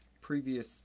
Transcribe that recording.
previous